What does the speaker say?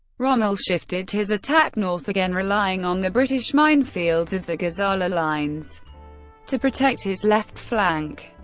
rommel shifted his attack north again, relying on the british minefields of the gazala lines to protect his left flank.